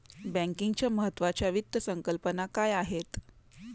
बँकिंगच्या महत्त्वाच्या वित्त संकल्पना काय आहेत?